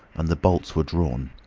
and the bolts were drawn.